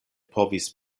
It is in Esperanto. povis